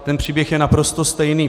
Ten příběh je naprosto stejný.